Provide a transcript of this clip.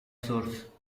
source